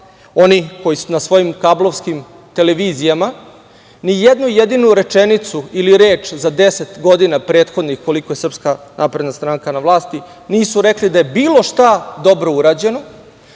oni koji na svojim kablovskim televizijama ni jednu jedinu rečenicu ili reč za deset godina prethodnih koliko je SNS na vlasti, nisu rekli da je bilo šta dobro urađeno